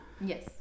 Yes